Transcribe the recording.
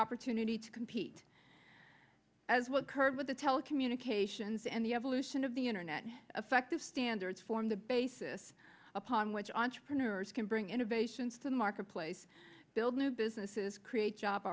opportunity to compete as well curve with the telecommunications and the evolution of the internet and effective standards form the basis upon which entrepreneurs can bring innovations to the marketplace build new businesses create job